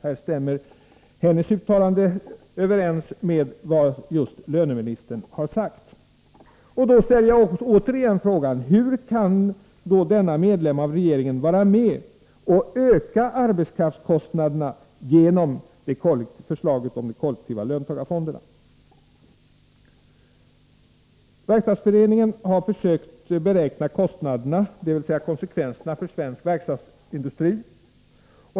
Här stämmer hennes uttalande med vad just löneministern har sagt. Då ställer jag återigen frågan: Hur kan denna medlem av regeringen vara med och öka arbetskraftskostnaderna genom förslaget om kollektiva löntagarfonder? Verkstadsföreningen har försökt beräkna kostnaderna, dvs. konsekvenserna för svensk verkstadsindustri.